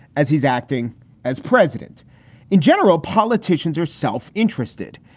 as he's acting as president in general, politicians are self interested.